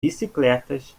bicicletas